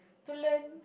to learn